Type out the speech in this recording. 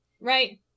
right